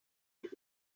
that